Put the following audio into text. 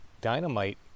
dynamite